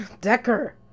Decker